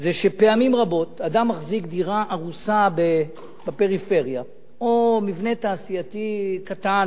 זה שפעמים רבות אדם מחזיק דירה הרוסה בפריפריה או מבנה תעשייתי קטן,